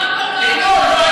אם לא,